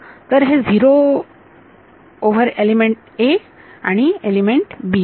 तर हे zero over element a आणि एलिमेंट b असेल